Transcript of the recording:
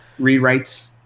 Rewrites